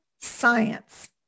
science